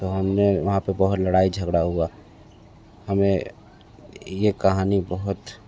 तो हम ने वहाँ पर बहुत लड़ाई झगड़ा हुआ हमें ये कहानी बहुत